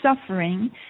suffering